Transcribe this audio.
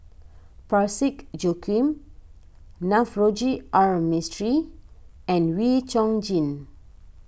Parsick Joaquim Navroji R Mistri and Wee Chong Jin